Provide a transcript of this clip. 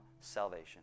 salvation